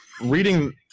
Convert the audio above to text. Reading